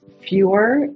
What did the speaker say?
fewer